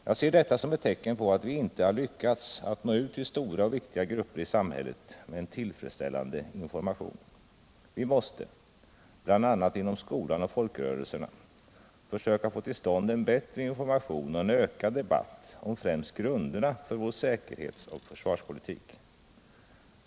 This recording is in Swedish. Jag ser detta som ett tecken på att vi inte har lyckats att nå ut till stora och viktiga grupper i samhället med en tillfredsställande information. Vi måste — bl.a. inom skolan och folkrörelserna — försöka få till stånd en bättre information och en ökad debatt om främst grunderna för vår säkerhetsoch försvarspolitik.